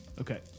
okay